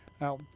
Now